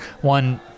one